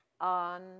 on